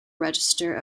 register